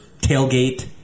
tailgate